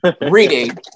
Reading